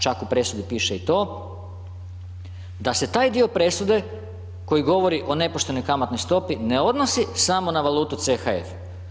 Čak u presudi piše i to da se taj dio presude koji govori o nepoštenoj kamatnoj stopi ne odnosi samo na valutu CHF.